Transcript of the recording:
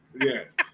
Yes